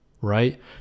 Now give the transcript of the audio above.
right